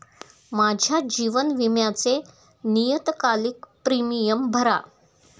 माझ्या जीवन विम्याचे नियतकालिक प्रीमियम भरा